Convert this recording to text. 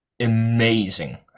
amazing